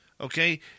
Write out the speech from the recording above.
okay